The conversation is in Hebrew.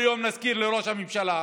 אנחנו כל יום נזכיר לראש הממשלה.